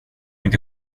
inte